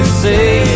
say